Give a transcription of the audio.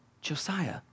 Josiah